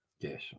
Yes